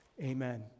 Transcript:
Amen